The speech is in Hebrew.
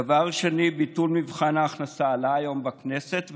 דבר שני, ביטול מבחן ההכנסה עלה היום בכנסת ונדחה.